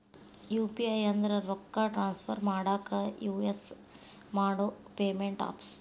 UPI ಅಂದ್ರ ರೊಕ್ಕಾ transfer ಮಾಡಾಕ ಯುಸ್ ಮಾಡೋ ಪೇಮೆಂಟ್ ಆಪ್ಸ್